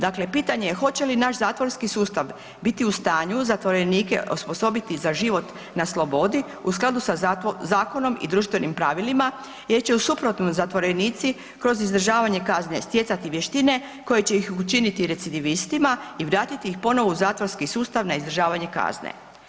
Dakle, pitanje je hoće li naš zatvorski sustav biti u stanju zatvorenike osposobiti za život na slobodi u skladu sa zakonom i društvenim pravilima, jer će u suprotnom zatvorenici kroz izdržavanje kazne stjecati vještine koje će ih učiniti recidivistima i vratiti ih ponovo u zatvorski sustav na izdržavanje kazne.